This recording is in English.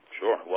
sure